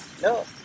No